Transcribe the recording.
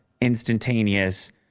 instantaneous